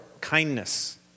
kindness